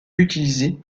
utilisé